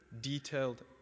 detailed